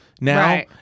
now